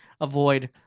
avoid